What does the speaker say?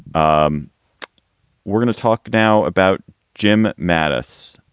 um we're going to talk now about jim matus.